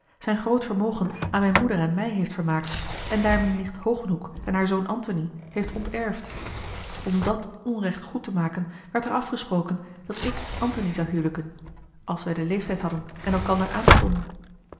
zijn groot vermogen aan mijne moeder en mij heeft vermaakt en daarmeê nicht hogenhoeck en haar zoon antony heeft onterfd om dat onrecht goed te maken werd er afgesproken dat ik antony zou hijliken als wij den leeftijd hadden en elkander aanstonden